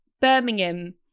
Birmingham